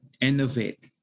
innovate